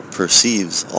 perceives